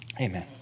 Amen